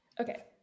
Okay